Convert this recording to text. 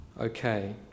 Okay